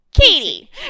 Katie